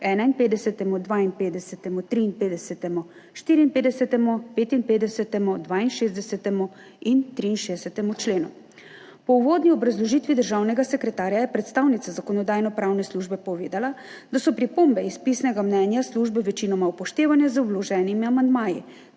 51., 52., 53., 54., 55., 62. in 63. členu. Po uvodni obrazložitvi državnega sekretarja je predstavnica Zakonodajno-pravne službe povedala, da so pripombe iz pisnega mnenja službe večinoma upoštevane z vloženimi amandmaji,